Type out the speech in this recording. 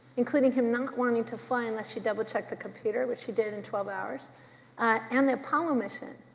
including him not wanting to fly unless she double checked the computer, which she did in twelve hours and the apollo mission.